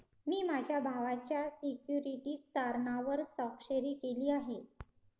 मी माझ्या भावाच्या सिक्युरिटीज तारणावर स्वाक्षरी केली आहे